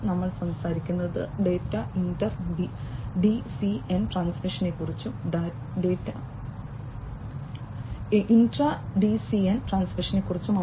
നമ്മൾ സംസാരിക്കുന്നത് data inter DCN ട്രാൻസ്മിഷനെക്കുറിച്ചും ഇൻട്രാ ഡിസിഎൻ ട്രാൻസ്മിഷനെക്കുറിച്ചും ആണ്